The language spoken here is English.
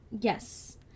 yes